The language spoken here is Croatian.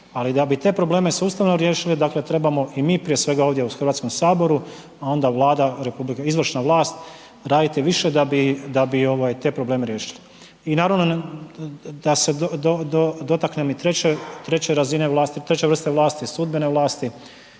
ali da bi te probleme sustavno riješili, dakle trebamo i mi prije svega ovdje u Hrvatskom saboru, a onda Vlada RH, izvršna vlast, raditi više da bi ovaj te probleme riješili. I naravno da se dotaknem i treće, treće razine vlasti,